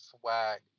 swag